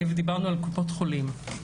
דיברנו על קופות חולים.